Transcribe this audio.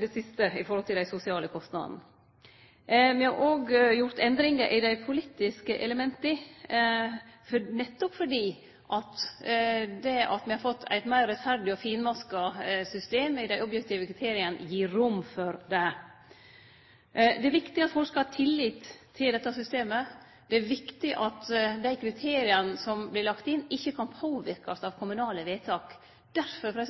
det siste i forhold til dei sosiale kostnadene. Vi har òg gjort endringar i dei politiske elementa, nettopp fordi det at me har fått eit meir rettferdig og finmaska system i dei objektive kriteria, gir rom for det. Det er viktig at folk har tillit til dette systemet, det er viktig at dei kriteria som blir lagde inn, ikkje kan påverkast av kommunale vedtak. Derfor er